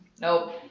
Nope